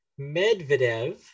Medvedev